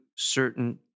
certain